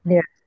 Yes